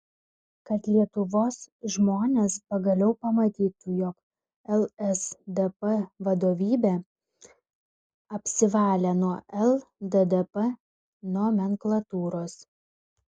kad lietuvos žmonės pagaliau pamatytų jog lsdp vadovybė apsivalė nuo lddp nomenklatūros